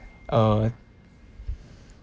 uh